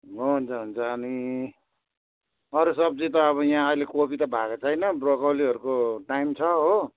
हुन्छ हुन्छ अनि अरू सब्जी त अब यहाँ अहिले कोपी त भएको छैन ब्रोकाउलीहरूको टाइम छ हो